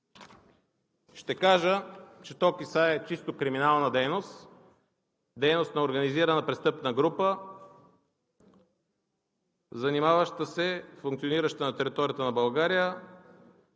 Ще кажа, че то касае чисто криминална дейност, дейност на организирана престъпна група, функционираща на територията на България,